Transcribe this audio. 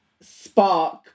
spark